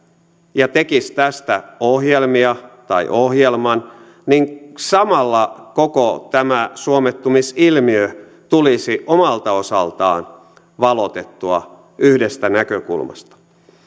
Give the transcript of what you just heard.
ja tekisi tästä ohjelmia tai ohjelman niin samalla koko tämä suomettumisilmiö tulisi omalta osaltaan valotettua yhdestä näkökulmasta